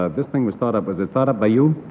ah this thing was thought up was it thought up by you?